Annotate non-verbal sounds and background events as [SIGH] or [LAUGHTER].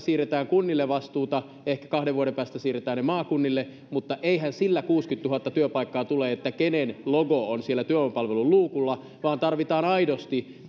siirretään kunnille vastuuta ehkä kahden vuoden päästä siirretään ne maakunnille mutta eihän sillä kuusikymmentätuhatta työpaikkaa tule että kenen logo on siellä työvoimapalvelun luukulla vaan tarvitaan aidosti [UNINTELLIGIBLE]